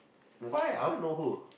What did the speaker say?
why I want to know who